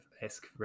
esque